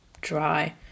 dry